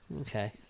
Okay